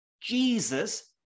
Jesus